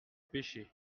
pêchai